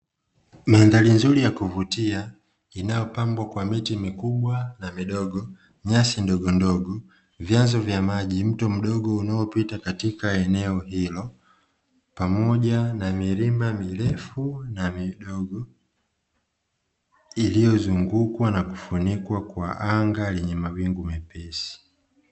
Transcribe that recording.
Mandhari nzuri ya kuvutia inayopambwa na miti midogo na nyasi ndogo ndogo, vyanzo vya maji mito midogo inayopita katika eneo hilo pamoja na milima mirefu na midogo iliyozungukwa na kufunikwa na anga lenye mawingu mepesi.